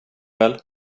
väl